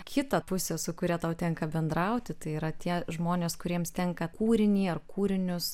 kitą pusę su kuria tau tenka bendrauti tai yra tie žmonės kuriems tenka kūrinį ar kūrinius